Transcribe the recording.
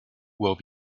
will